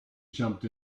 jumped